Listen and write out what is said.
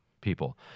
people